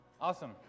Awesome